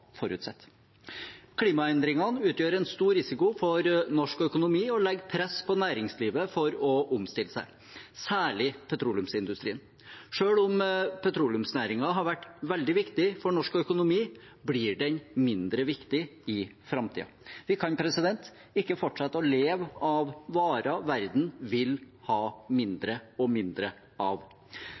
utgjør en stor risiko for norsk økonomi og legger press på næringslivet for at det skal omstille seg, særlig petroleumsindustrien. Selv om petroleumsnæringen har vært veldig viktig for norsk økonomi, blir den mindre viktig i framtiden. Vi kan ikke fortsette å leve av varer verden vil ha mindre og mindre av.